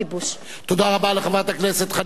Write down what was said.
תודה רבה לחברת הכנסת חנין זועבי.